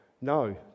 no